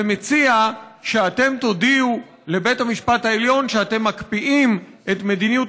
ומציע שאתם תודיעו לבית המשפט העליון שאתם מקפיאים את מדיניות